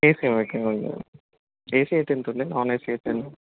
AC okay AC ఎంతుంటుంది non AC ఎంత